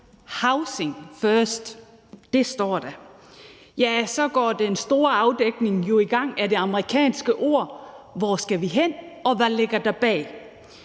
housing first – ja, det står der, og så går den store afdækning jo i gang af det amerikanske udtryk. Hvor skal vi hen, og hvad ligger der bag?